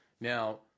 Now